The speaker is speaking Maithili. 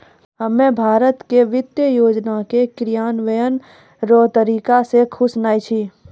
हम्मे भारत के वित्त योजना के क्रियान्वयन रो तरीका से खुश नै छी